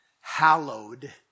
hallowed